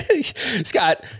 Scott